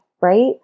Right